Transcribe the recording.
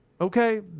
okay